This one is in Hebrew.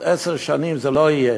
עשר שנים זה לא יהיה.